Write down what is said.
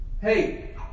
hey